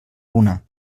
una